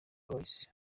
boys